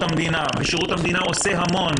המדינה ושירות המדינה עושה המון,